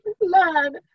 learn